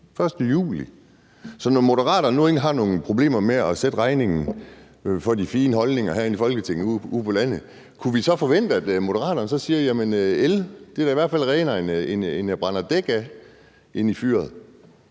er: Når Moderaterne ikke har nogen problemer med at sende regningen for de fine holdninger herinde i Folketinget ud på landet, kunne vi så forvente, at Moderaterne så siger, at el i hvert fald er renere, end når man brænder dæk af i fyret,